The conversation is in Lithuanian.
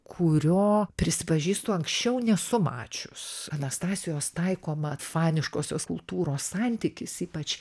kurio prisipažįstu anksčiau nesu mačius anastasijos taikoma faniškosios kultūros santykis ypač